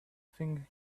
thing